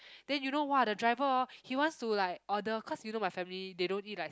then you know !wah! the driver hor he wants to like order cause you know my family they don't eat like